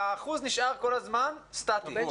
האחוז נשאר כל הזמן סטטי.